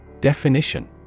Definition